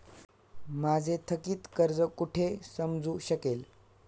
माझे थकीत कर्ज कुठे समजू शकेल?